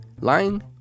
Lying